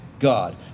God